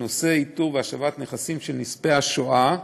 בנושא איתור והשבה של נכסים של נספי השואה,